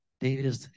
David